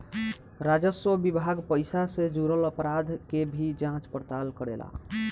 राजस्व विभाग पइसा से जुरल अपराध के भी जांच पड़ताल करेला